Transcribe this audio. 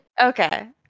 Okay